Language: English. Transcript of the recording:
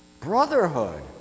Brotherhood